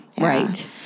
Right